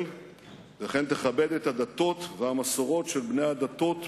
וכן תכבד את הדתות והמסורות של בני הדתות במדינה,